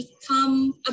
become